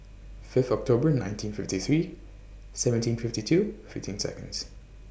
Fifth October nineteen fifty three seventeen fifty two fifteen Seconds